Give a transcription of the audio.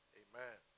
amen